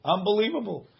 Unbelievable